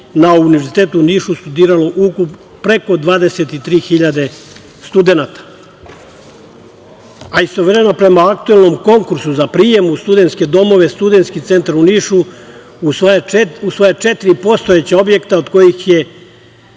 na Univerzitetu u Nišu studiralo ukupno preko 23 hiljade studenata. Istovremeno, prema aktuelnom konkursu za prijem u studenske domove, Studenski centar u Nišu, u svoja četiri postojeća objekta, od kojih je,